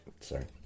Sorry